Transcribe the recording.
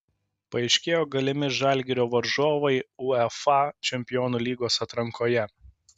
paaiškėjo galimi žalgirio varžovai uefa čempionų lygos atrankoje